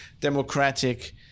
democratic